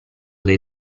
dai